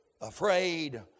afraid